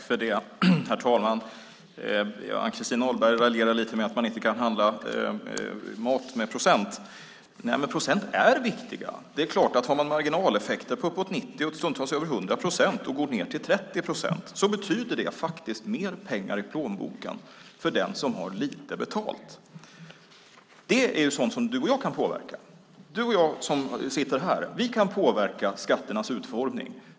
Herr talman! Ann-Christin Ahlberg raljerar lite med att man inte kan handla mat med procent. Men procenten är viktiga. Har man marginaleffekter på uppåt 90 och stundtals över 100 procent och går ned till 30 procent betyder det faktiskt mer pengar i plånboken för den som har lite betalt. Det är sådant som du och jag kan påverka. Du och jag som sitter här kan påverka skatternas utformning.